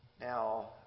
Now